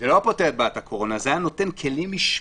זה לא היה פותר את הבעיה בתקופת הקורונה אבל זה היה נותן כלים משפטיים